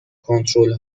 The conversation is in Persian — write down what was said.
کنترل